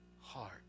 heart